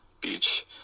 beach